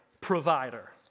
provider